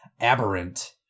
Aberrant